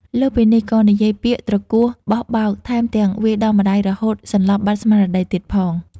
លើសពីនេះក៏និយាយពាក្យទ្រគោះបោះបោក ថែមទាំងវាយដំម្ដាយរហូតសន្លប់បាត់ស្មារតីទៀតផង។